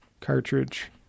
cartridge